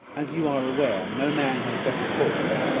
as you are aware, no man has better cause.